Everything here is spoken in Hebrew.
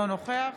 אינו נוכח